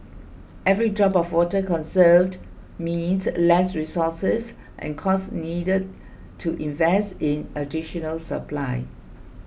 every drop of water conserved means less resources and costs needed to invest in additional supply